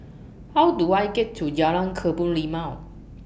How Do I get to Jalan Kebun Limau